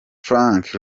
frank